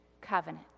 covenant